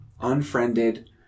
unfriended